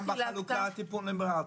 גם בחלוקה טיפול נמרץ,